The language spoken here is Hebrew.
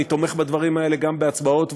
אני תומך בדברים האלה גם בהצבעות ובדיונים,